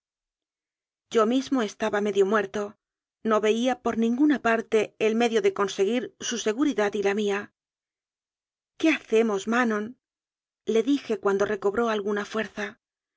yo mismo estaba medio muerto no veía por ninguna parte el medio de conseguir su seguri dad y la mía qué hacemos manon le dije cuando recobró alguna fuerza